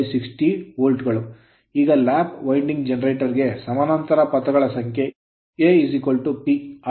ಈಗ lap winding lap winding generator generator ಗೆ ಸಮಾನಾಂತರ ಪಥಗಳ ಸಂಖ್ಯೆ A P